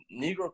Negro